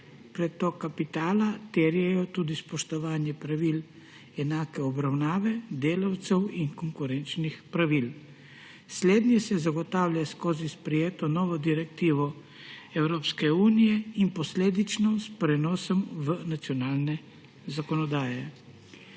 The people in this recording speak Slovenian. pretok kapitala terjajo tudi spoštovanje pravil enake obravnave delavcev in konkurenčnih pravil. Slednje se zagotavlja skozi sprejeto novo direktivo Evropske unije in posledično s prenosom v nacionalne zakonodaje.